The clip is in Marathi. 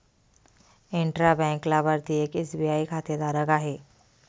इंट्रा बँक लाभार्थी एक एस.बी.आय खातेधारक आहे